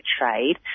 trade